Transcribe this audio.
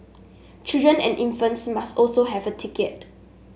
children and infants must also have a ticket